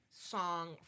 song